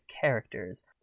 characters